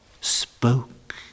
spoke